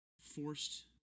forced